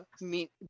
meet